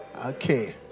Okay